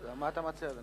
מה אתה מציע?